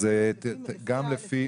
אז גם לפי --- למה הכוונה?